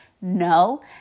no